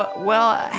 but well,